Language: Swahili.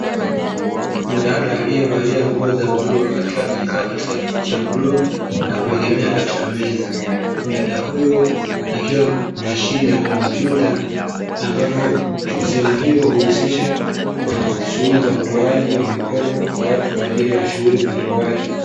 Dada aliyevalia nguo za bluu, akiwa amekaa kwenye kiti cha bluu na kuegemea katika meza, dada huyo akiwa na mashine ya kompyuta, ambapo hujishughulisha na utoaji wa mikopo kwa ajili ya shughuli mbalimbali.